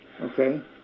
Okay